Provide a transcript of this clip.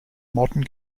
modern